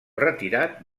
retirat